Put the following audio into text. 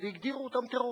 והגדירו אותם טרוריסטים.